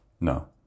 No